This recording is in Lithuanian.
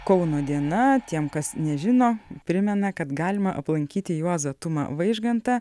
kauno diena tiem kas nežino primena kad galima aplankyti juozą tumą vaižgantą